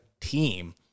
team